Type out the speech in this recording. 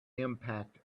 impact